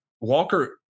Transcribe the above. Walker